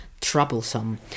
troublesome